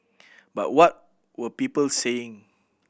but what were people saying